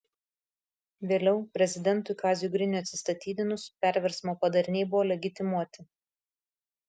vėliau prezidentui kaziui griniui atsistatydinus perversmo padariniai buvo legitimuoti